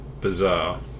bizarre